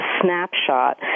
snapshot